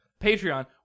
Patreon